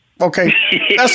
Okay